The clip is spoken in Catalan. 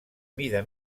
mida